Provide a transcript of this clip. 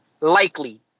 likely